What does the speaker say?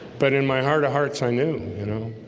but in my heart of hearts i knew you know,